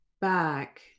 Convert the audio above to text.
back